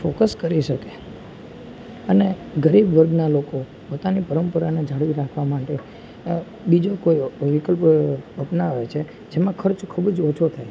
focus કરી શકે અને ગરીબ વર્ગના લોકો પોતાની પરંપરાને જાળવી રાખવા માટે બીજા કોઈ વિકલ્પો અપનાવે છે જેમાં ખર્ચ ખૂબ જ ઓછો થાય